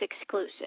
exclusive